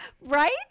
right